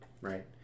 right